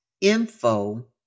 info